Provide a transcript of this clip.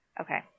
Okay